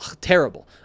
terrible